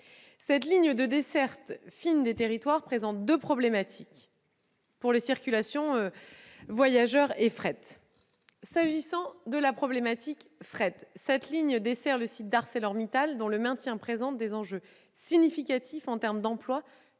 Cette ligne de desserte fine des territoires présente deux problèmes pour les circulations voyageurs et fret. S'agissant du fret, cette ligne dessert le site d'ArcelorMittal, dont le maintien présente des enjeux significatifs en termes d'emplois